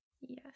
Yes